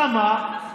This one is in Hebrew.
למה?